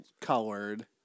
colored